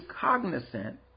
cognizant